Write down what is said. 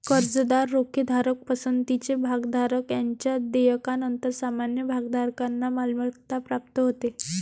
कर्जदार, रोखेधारक, पसंतीचे भागधारक यांच्या देयकानंतर सामान्य भागधारकांना मालमत्ता प्राप्त होते